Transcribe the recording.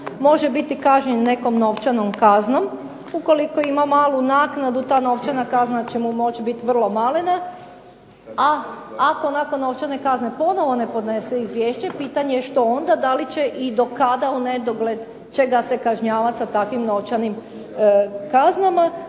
može biti kažnjen nekom novčanom kaznom. Ukoliko ima malu naknadu ta novčana kazna će mu moći biti vrlo malena, a ako nakon novčane kazne ponovno ne podnese izvješće pitanje je što onda? Da li će i dokada unedogled će ga se kažnjavati sa takvim novčanim kaznama?